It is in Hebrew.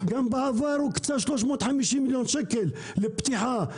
גם בעבר הוקצו 350 מיליון שקל לפתיחה.